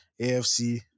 AFC